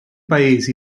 paesi